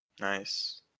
Nice